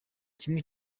kimwe